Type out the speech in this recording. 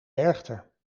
werchter